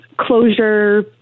closure